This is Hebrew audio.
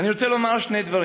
ואני רוצה לומר שני דברים.